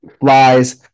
flies